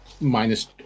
minus